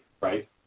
right